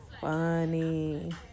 funny